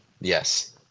Yes